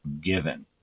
given